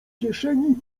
kieszeni